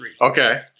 Okay